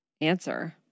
answer